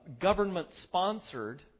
government-sponsored